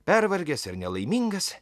pervargęs ir nelaimingas